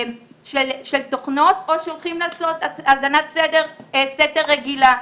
או שהולכים לעשות האזנת סתר רגילה.